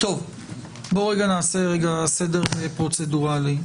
נעשה רגע סדר פרוצדורלי.